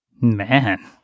Man